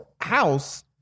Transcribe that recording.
house